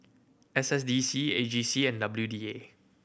S S D C A G C and W D A